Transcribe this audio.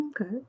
Okay